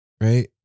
right